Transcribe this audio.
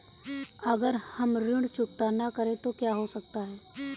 अगर हम ऋण चुकता न करें तो क्या हो सकता है?